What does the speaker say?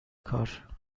کار